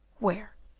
where?